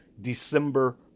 December